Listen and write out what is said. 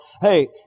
Hey